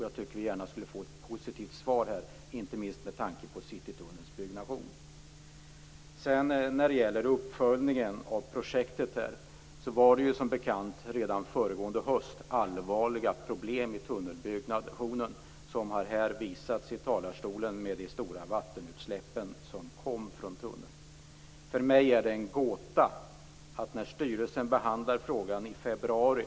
Jag tycker att vi borde få ett positivt svar inte minst med tanke på byggandet av Citytunneln. När det gäller uppföljningen av projektet vill jag säga att det redan föregående höst syntes allvarliga problem med tunnelbygget. Det har berörts från talarstolen. Jag syftar på de stora vattenutsläpp som kom från tunneln. Styrelsen behandlade frågan i februari.